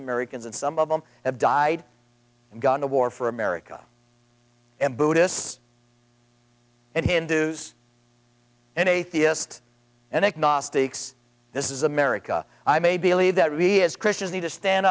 americans and some of them have died and gone to war for america and buddhists and hindus an atheist and agnostic says this is america i may believe that we as christians need to stand